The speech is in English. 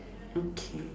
okay